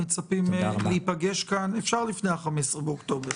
מצפים להיפגש כאן לפני ה-15 באוקטובר.